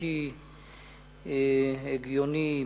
בלתי הגיוני,